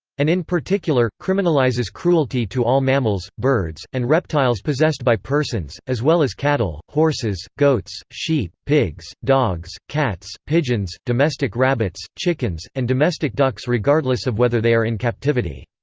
and in particular, criminalises cruelty to all mammals, birds, and reptiles possessed by persons as well as cattle, horses, goats, sheep, pigs, dogs, cats, pigeons, domestic rabbits, chickens, and domestic ducks regardless of whether they are in captivity.